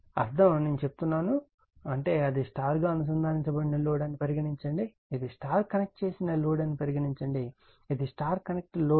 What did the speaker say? అర్థం నేను చెప్తున్నాను అంటే ఇది స్టార్ గా అనుసందానించబడిన లోడ్ అని పరిగణించండి ఇది స్టార్ కనెక్ట్ చేసిన లోడ్ అని పరిగణించండి ఇది స్టార్ కనెక్ట్ లోడ్